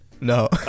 No